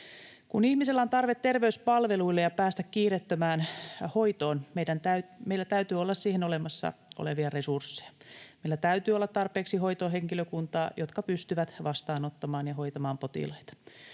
Kun ihmisellä on tarve terveyspalveluille ja päästä kiireettömään hoitoon, meillä täytyy olla siihen olemassa olevia resursseja. Meillä täytyy olla tarpeeksi hoitohenkilökuntaa, joka pystyy vastaanottamaan ja hoitamaan potilaita.